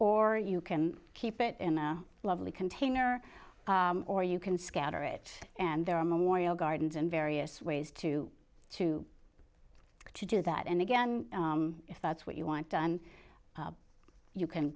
or you can keep it in a lovely container or you can scatter it and there are memorial gardens and various ways to to to do that and again if that's what you want done you can